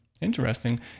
interesting